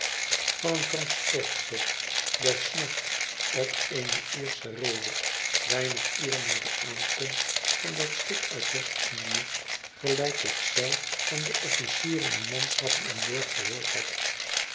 van een transportschip des nachts op eene iersche reede weinige uren na de aankomst van dat schip uit west in dië gelijk ik zelf van de officieren en manschappen aan boord gehoord heb